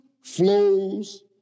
flows